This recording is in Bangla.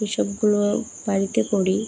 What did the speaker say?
এইসবগুলো বাড়িতে করি